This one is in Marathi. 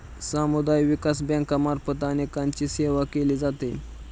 समुदाय विकास बँकांमार्फत अनेकांची सेवा केली जाते